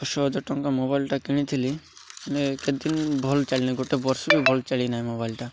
ଦଶ ହଜାର ଟଙ୍କା ମୋବାଇଲ୍ଟା କିଣିଥିଲି କେତେ ଦିନ ଭଲ୍ ଚାଲିି ନାହିଁ ଗୋଟେ ବର୍ଷ ବି ଭଲ ଚାଲି ନାହିଁ ମୋବାଇଲ୍ଟା